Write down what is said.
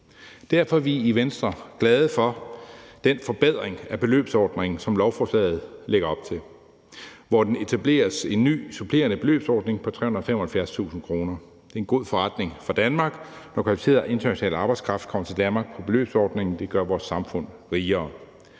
Derfor er vi i Venstre glade for den forbedring af beløbsordningen, som lovforslaget lægger op til, hvor der etableres en ny supplerende beløbsordning på 375.000 kr. Det er en god forretning for Danmark, når kvalificeret international arbejdskraft kommer til Danmark på beløbsordningen. Det gør vores samfund rigere.